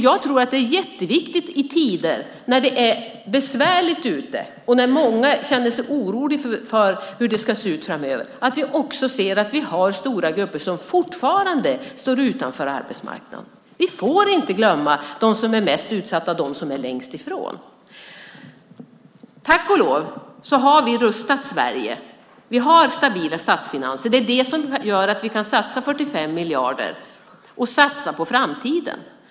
Jag tror att det är jätteviktigt, i tider när det är besvärligt ute och när många känner sig oroliga för hur det ska se ut framöver, att vi ser att vi har stora grupper som fortfarande står utanför arbetsmarknaden. Vi får inte glömma dem som är mest utsatta och dem som är längst ifrån. Tack och lov har vi rustat Sverige. Vi har stabila statsfinanser. Det är det som gör att vi kan satsa 45 miljarder och satsa på framtiden.